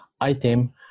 item